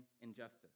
injustice